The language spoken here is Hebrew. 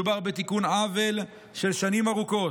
מדובר בתיקון עוול של שנים ארוכות,